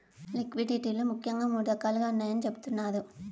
liquidity లు ముఖ్యంగా మూడు రకాలుగా ఉన్నాయని చెబుతున్నారు